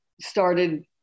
started